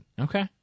Okay